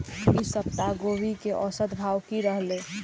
ई सप्ताह गोभी के औसत भाव की रहले?